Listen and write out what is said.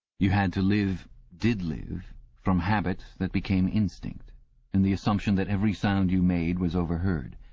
you had to live did live, from habit that became instinct in the assumption that every sound you made was overheard,